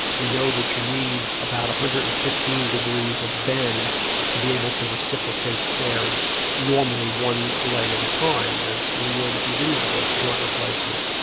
we know that you need about one hundred and fifteen degrees of bend to be able to reciprocate stairs normally one leg at a time as you would if you didn't have a joint replacement.